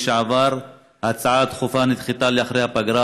שעבר ההצעה הדחופה נדחתה לאחרי הפגרה,